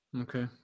Okay